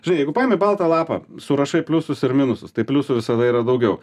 žinai jeigu paimi baltą lapą surašai pliusus ir minusus tai pliusų visada yra daugiau